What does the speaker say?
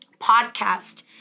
podcast